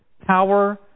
power